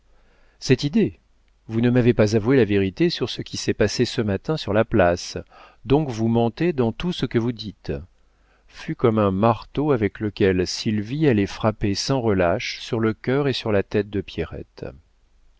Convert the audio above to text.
cette idée vous ne m'avez pas avoué la vérité sur ce qui s'est passé ce matin sur la place donc vous mentez dans tout ce que vous dites fut comme un marteau avec lequel sylvie allait frapper sans relâche sur le cœur et sur la tête de pierrette